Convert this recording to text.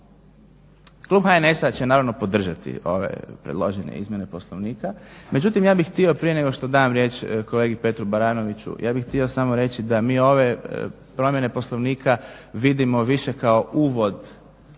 Klub HNs-a će naravno podržati ove predložene izmjene Poslovnika, međutim ja bih htio prije nego što dam riječ kolegi Petru Baranoviću, ja bih htio samo reći da mi ove promjene Poslovnika vidimo više kao uvod